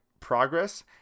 progress